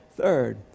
Third